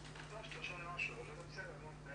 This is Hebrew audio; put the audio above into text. בשבוע, 15 ביוני 2020, כ"ג בסיוון התש"ף.